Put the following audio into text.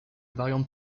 variantes